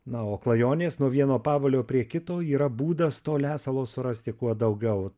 na o klajonės nuo vieno pabalio prie kito yra būdas to lesalo surasti kuo daugiau